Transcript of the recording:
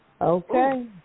Okay